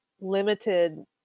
limited